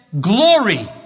glory